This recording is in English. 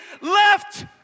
left